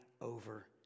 over